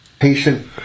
Patient